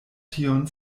tion